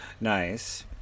nice